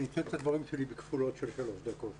אני אציג את הדברים שלי בכפולות של שלוש דקות.